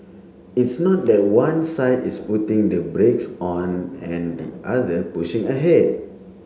it's not that one side is putting the brakes on and the other pushing ahead